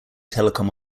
telecom